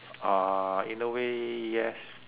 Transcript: uh in a way yes